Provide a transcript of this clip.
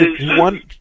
one